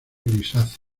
grisáceo